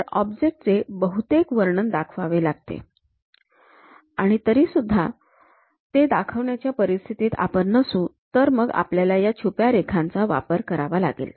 तर ऑब्जेक्ट चे बहुतेक वर्णन दाखवावे लागते आणि तरी सुद्धा ते दाखवण्याच्या परिस्थितीत आपण नसू तर मग आपल्याला ह्या छुप्या रेखांचा वापर करावा लागेल